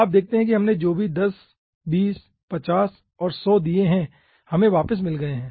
आप देखते हैं कि हमने जो भी 10 25 50 और 100 दिए हैं हमें वापिस मिल गए हैं